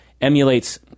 emulates